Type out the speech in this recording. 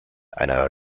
einer